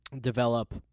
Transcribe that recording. develop